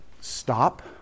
stop